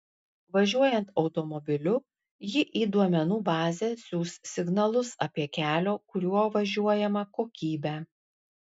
važiuojant automobiliu ji į duomenų bazę siųs signalus apie kelio kuriuo važiuojama kokybę